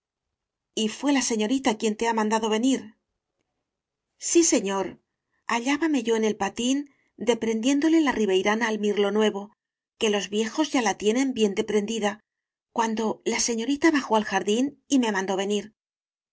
y fué la señorita quien te ha mandado venir sí señor hallábame yo en el patín de prendiéndole la riveirana al mirlo nuevo que los viejos ya la tienen bien deprendida cuando la señorita bajó al jardín y me mandó venir